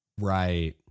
Right